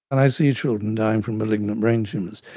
and i see children dying from malignant brain tumours,